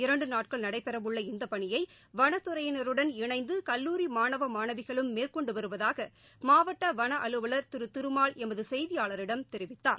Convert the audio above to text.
இரண்டு நாட்கள் நடைபெறவுள்ள இந்த பணியை வனத்துறையினருடன் இணைந்து கல்லூரி மாணவ மாணவிகளும் மேற்கொண்டு வருவதாக மாவட்ட வள அலுவலகள் திரு திருமால் எமது செய்தியாளரிடம் தெரிவித்தார்